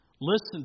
Listen